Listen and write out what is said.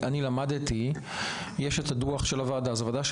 אני למדתי שיש את הדוח של הוועדה,